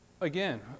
again